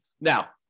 Now